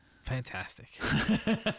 fantastic